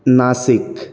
Nashik